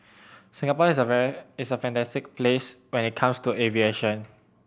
Singapore is a is a fantastic place when it comes to aviation